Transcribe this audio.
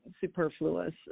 superfluous